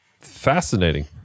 Fascinating